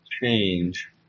change